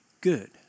good